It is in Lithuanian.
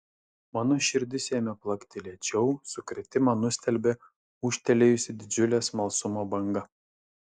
mano širdis ėmė plakti lėčiau sukrėtimą nustelbė ūžtelėjusi didžiulė smalsumo banga